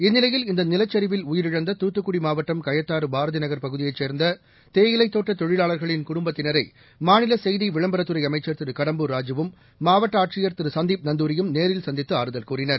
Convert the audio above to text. இந்நிலையில் இந்தநிலச்சரிவில் உயிரிழந்த துத்துக்குடிமாவட்டம் கயத்தாறுபாரதிநகள் பகுதியைச் சேர்ந்ததேயிலைத் தோட்டதொழிலாளர்களின் குடும்பத்தினரைமாநிலசெய்திவிளம்பரத்துறைஅமைச்சர் திருகடம்பூர் ராஜுவும் மாவட்டஆட்சியர் திருசந்தீப் நந்தூரியும் நேரில் சந்தித்துஆறுதல் கூறினர்